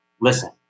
listen